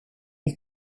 you